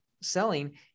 selling